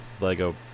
Lego